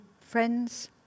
friends